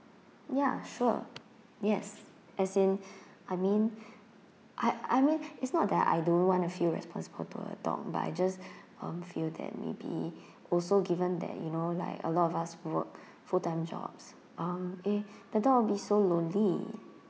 ya sure yes as in I mean I I mean it's not that I don't want to feel responsible toward dog but I just um feel that maybe also given that you know like a lot of us work full time jobs um eh the dog will be so lonely